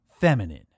Feminine